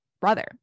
brother